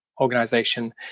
Organization